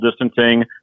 distancing